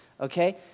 Okay